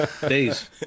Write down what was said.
Days